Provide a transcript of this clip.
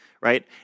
right